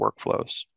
workflows